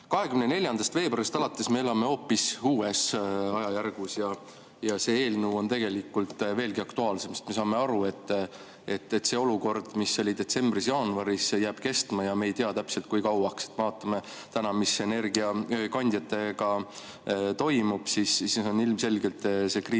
24. veebruarist alates me elame hoopis uues ajajärgus ja [nüüd] on see eelnõu tegelikult veelgi aktuaalsem, sest me saame aru, et see olukord, mis oli detsembris-jaanuaris, jääb kestma ja me ei tea täpselt, kui kauaks. Kui me vaatame täna, mis energiakandjatega toimub, siis on ilmselge, et see kriis